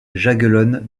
jagellonne